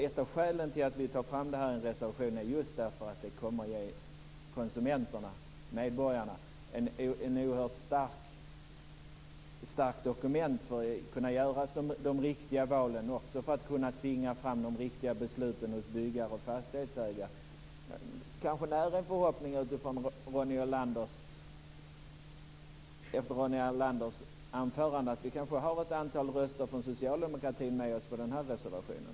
Ett av skälen till att vi tar upp detta i en reservation är just att det kommer att ge konsumenterna, medborgarna, ett oerhört starkt dokument för att kunna göra de riktiga valen och för att tvinga fram de riktiga besluten hos byggare och fastighetsägare. Jag kanske när en förhoppning efter Ronny Olanders anförande om att vi får med oss ett antal röster från socialdemokratin på den här reservationen.